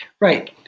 Right